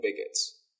bigots